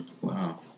Wow